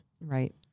Right